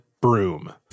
broom